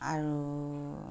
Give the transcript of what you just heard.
আৰু